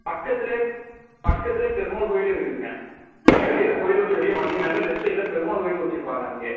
பக்கத்திலேயே பக்கத்திலேயே பெருமாள் கோயிலும் இருக்குதுங்க நீங்கள் வெளியில் கோயிலை விட்டு வெளியே வந்திங்கன்னாவே லெஃப்ட் சைடில் பெருமாள் கோயிலும் வைச்சுருப்பாங்க அங்கே